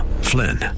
Flynn